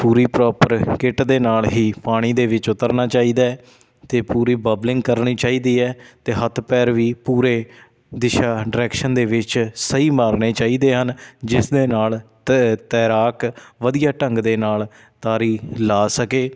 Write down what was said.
ਪੂਰੀ proper kit ਦੇ ਨਾਲ ਹੀ ਪਾਣੀ ਦੇ ਵਿੱਚ ਉਤਰਨਾ ਚਾਹੀਦਾ ਅਤੇ ਪੂਰੀ ਬਬਲਿੰਗ ਕਰਨੀ ਚਾਹੀਦੀ ਹੈ ਅਤੇ ਹੱਥ ਪੈਰ ਵੀ ਪੂਰੇ ਦਿਸ਼ਾ ਡਰੈਕਸ਼ਨ ਦੇ ਵਿੱਚ ਸਹੀ ਮਾਰਨੇ ਚਾਹੀਦੇ ਹਨ ਜਿਸ ਦੇ ਨਾਲ ਤ ਤੈਰਾਕ ਵਧੀਆ ਢੰਗ ਦੇ ਨਾਲ ਤਾਰੀ ਲਾ ਸਕੇ